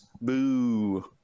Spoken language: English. Boo